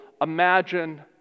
imagine